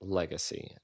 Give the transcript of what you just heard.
legacy